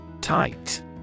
Tight